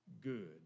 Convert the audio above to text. good